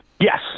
Yes